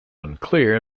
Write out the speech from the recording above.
unclear